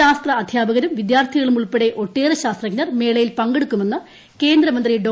ശാസ്ത്ര അദ്ധ്യാപകരും വിദ്യാർത്ഥികളും ഉൾപ്പെടെ ഒട്ടേറെ ശാസ്ത്രജ്ഞർ മേളയിൽ പങ്കെടുക്കുമെന്ന് കേന്ദ്രമന്ത്രി ഡോ